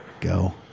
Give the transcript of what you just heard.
Go